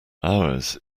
ours